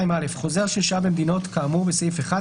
2. (א) חוזר ששהה במדינות כאמור בסעיף 1,